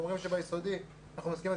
אם אנחנו אומרים שביסודי אנחנו --- עד